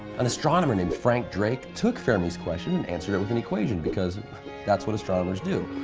an astronomer named frank drake took fermi's question and answered it with an equation, because that's what astronomers do.